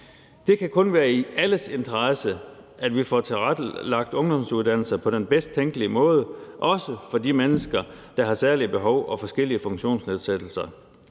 Det kan kun være i alles interesse, at vi får tilrettelagt ungdomsuddannelserne på den bedst tænkelige måde, også for de mennesker, der har særlige behov og forskellige funktionsnedsættelser.